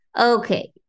okay